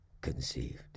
conceived